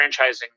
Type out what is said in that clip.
franchising